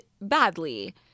badly